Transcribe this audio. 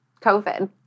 COVID